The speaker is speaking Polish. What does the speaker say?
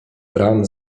bram